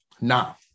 Now